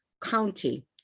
County